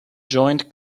joined